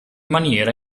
maniera